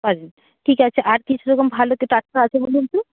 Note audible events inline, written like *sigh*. *unintelligible* ঠিক আছে আর কিছু সে রকম ভালো *unintelligible* টাটকা আছে বলুন তো